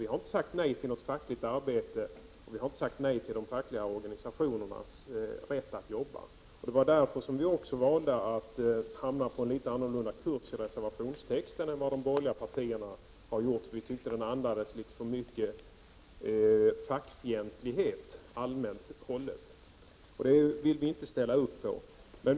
Vi har inte sagt nej till de fackliga organisationernas rätt att arbeta. Det var också därför som vi valde en liten annan kurs när det gällde reservationstexten än vad de borgerliga partierna hamnade på. Vi tyckte att den andades en något för stor — allmänt hållen — fackfientlighet.